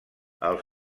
els